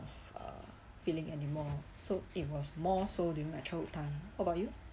uh feeling anymore so it was more so during my childhood time what about you